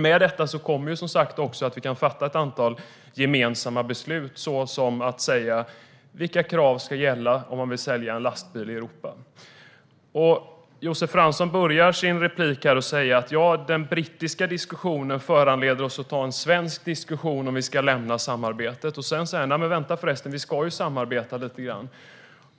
Med detta kommer som sagt också att vi kan fatta ett antal gemensamma beslut, såsom att säga vilka krav som ska gälla om man vill sälja en lastbil i Europa. Josef Fransson började med att säga att den brittiska diskussionen föranleder oss att ta en svensk diskussion om ifall vi ska lämna samarbetet, och sedan säger han: Vänta, förresten, vi ska samarbeta lite grann!